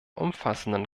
umfassenden